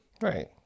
Right